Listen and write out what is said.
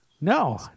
No